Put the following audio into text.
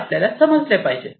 हे आपल्याला समजले पाहिजे